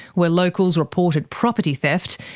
where locals reported property theft,